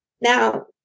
Now